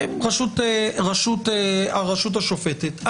הרשות השופטת.